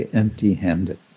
empty-handed